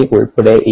coli ഉൾപ്പെടെ E